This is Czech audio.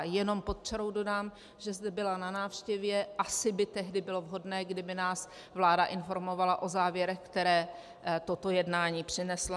Jenom pod čarou dodám, že zde byla na návštěvě, asi by tehdy bylo vhodné, kdyby nás vláda informovala o závěrech, které toto jednání přineslo.